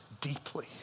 deeply